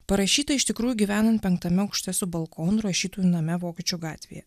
parašyta iš tikrųjų gyvenant penktame aukšte su balkonu rašytojų name vokiečių gatvėje